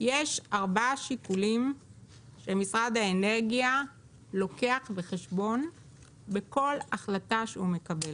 יש ארבעה שיקולים שמשרד האנרגיה לוקח בחשבון בכל החלטה שהוא מקבל.